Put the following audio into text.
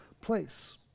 place